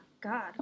God